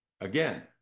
Again